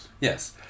Yes